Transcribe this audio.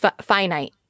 Finite